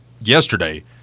yesterday